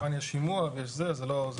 כמובן יש שימוע ויש זה, זה לא.